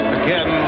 again